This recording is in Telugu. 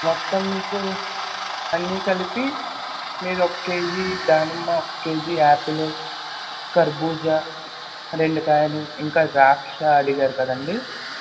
మొత్తం మీకు అన్నీ కలిపి మీదొక కేజీ దానిమ్మ ఒక కేజీ యాపిలు కర్బూజా రెండు కాయలు ఇంకా ద్రాక్షా అడిగారు కదా అండి